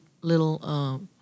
little